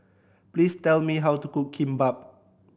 please tell me how to cook Kimbap